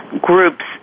groups